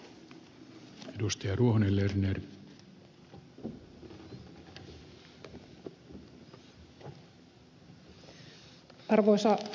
arvoisa puhemies